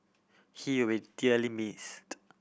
he will dearly missed